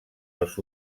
els